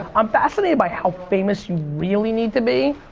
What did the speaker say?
i'm fascinated by how famous you really need to be